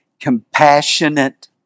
Compassionate